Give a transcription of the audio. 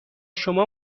شما